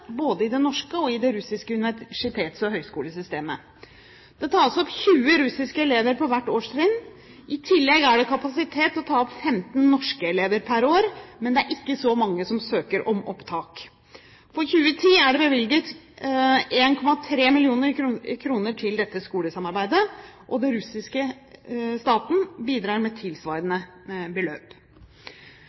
både i det norske og i det russiske universitets- og høyskolesystemet. Det tas opp 20 russiske elever på hvert årstrinn. I tillegg er det kapasitet til å ta opp 15 norske elever per år, men det er ikke så mange som søker om opptak. For 2010 er det bevilget 1,3 mill. kr til dette skolesamarbeidet, og den russiske stat bidrar med tilsvarende beløp.